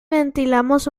ventilamos